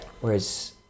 Whereas